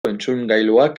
entzungailuak